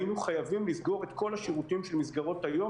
היינו חייבים לסגור את כל השירותים של מסגרות היום